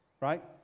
right